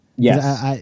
Yes